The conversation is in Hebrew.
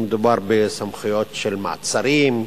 מדובר בסמכויות של מעצרים,